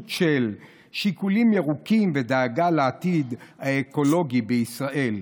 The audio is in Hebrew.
של שיקולים ירוקים ודאגה לעתיד האקולוגי בישראל,